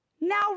now